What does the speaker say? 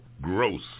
Gross